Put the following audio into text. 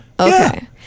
okay